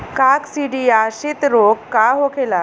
काकसिडियासित रोग का होखेला?